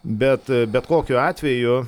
bet bet kokiu atveju